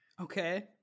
Okay